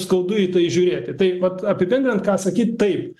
skaudu į tai žiūrėti tai vat apibendrinanat ką sakyt taip